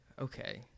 Okay